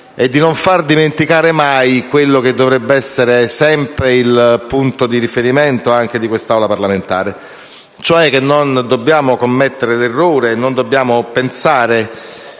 e di non far dimenticare mai quello che dovrebbe essere sempre il punto di riferimento anche di quest'Assemblea parlamentare. Non dobbiamo commettere l'errore di pensare